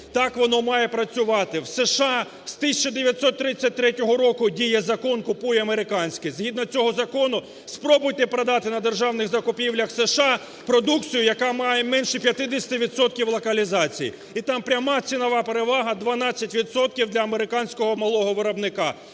Так воно має працювати. У США з 1933 року діє Закон "Купуй американське". Згідно цього закону спробуйте продати на державних закупівлях США продукцію, яка має менше 50 відсотків локалізації. І там пряма цінова перевага – 12 відсотків для американського малого виробника.